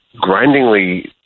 grindingly